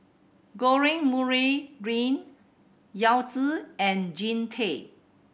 George Murray Reith Yao Zi and Jean Tay